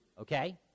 Okay